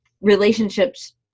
relationships